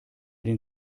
den